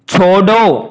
छोड़ो